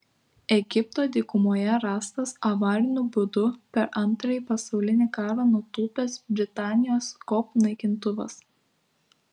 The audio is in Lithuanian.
egipto dykumoje rastas avariniu būdu per antrąjį pasaulinį karą nutūpęs britanijos kop naikintuvas